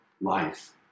life